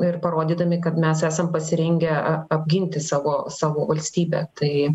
ir parodydami kad mes esam pasirengę a apginti savo savo valstybę tai